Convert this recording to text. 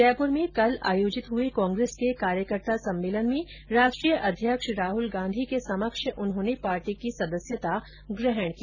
जयपुर में आयोजित हुए कांग्रेस के कार्यकर्ता सम्मेलन में राष्ट्रीय अध्यक्ष राहुल गांधी के समक्ष उन्होंने पार्टी की सदस्यता ग्रहण की